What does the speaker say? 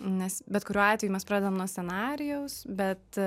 nes bet kuriuo atveju mes pradedam nuo scenarijaus bet